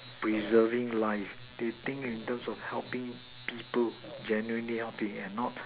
preserving life they think in terms of helping people genuinely helping and not